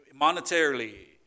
monetarily